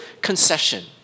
concession